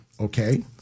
okay